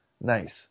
nice